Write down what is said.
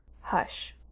Hush